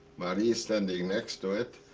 marie is standing next to it.